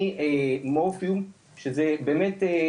ממורפיום שזה באמת,